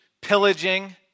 pillaging